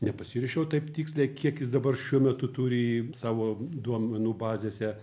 nepasiruošiau taip tiksliai kiek jis dabar šiuo metu turi savo duomenų bazėse